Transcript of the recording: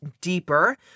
deeper